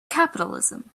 capitalism